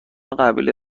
قبیله